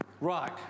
Right